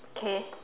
okay